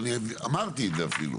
ואני אמרתי את זה אפילו.